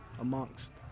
amongst